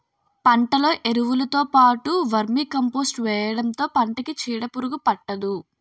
పంటలో ఎరువులుతో పాటు వర్మీకంపోస్ట్ వేయడంతో పంటకి చీడపురుగు పట్టదు